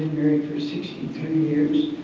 for sixty three years